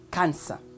Cancer